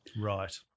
Right